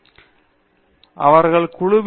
பேராசிரியர் தீபா வெங்கடேஷ் சரி